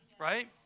Right